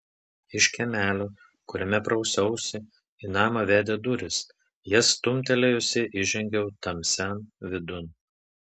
iš kiemelio kuriame prausiausi į namą vedė durys jas stumtelėjusi įžengiau tamsian vidun